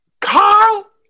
Carl